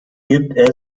gibt